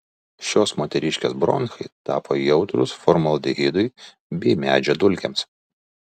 šios moteriškės bronchai tapo jautrūs formaldehidui bei medžio dulkėms